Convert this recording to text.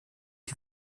die